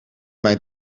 mijn